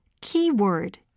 keyword